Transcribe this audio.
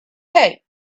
hey